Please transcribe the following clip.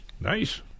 Nice